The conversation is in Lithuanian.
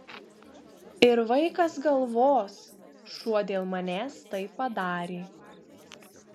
ir vaikas galvos šuo dėl manęs tai padarė